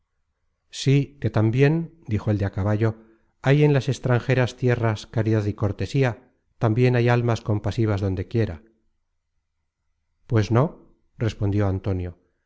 sí que tambien dijo el de á caballo hay en las extranjeras tierras caridad y cortesía tambien hay almas compasivas donde quiera pues no respondió antonio